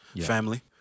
family